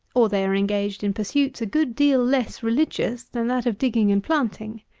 or they are engaged in pursuits a good deal less religious than that of digging and planting.